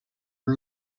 już